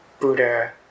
Buddha